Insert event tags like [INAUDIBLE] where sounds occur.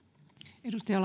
arvoisa [UNINTELLIGIBLE]